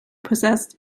possessed